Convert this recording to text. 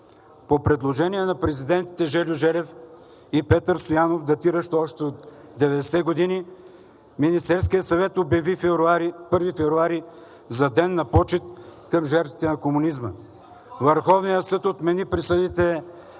по предложение на президентите Желю Желев и Петър Стоянов, датиращо още от 90-те години, Министерският съвет обяви 1 февруари за Ден на почит към жертвите на комунизма. Върховният съд отмени присъдите